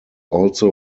also